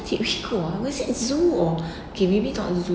where did we go ah was it zoo or okay maybe not zoo